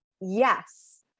yes